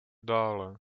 dále